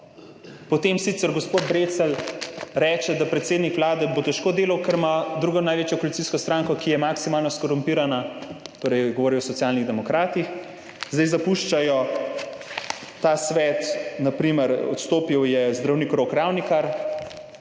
Potem sicer gospod Brecelj reče, da bo predsednik Vlade težko delal, ker ima drugo največjo koalicijsko stranko, ki je maksimalno skorumpirana, govoril je o Socialnih demokratih. Zdaj zapuščajo ta svet, odstopil je na primer